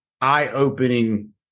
eye-opening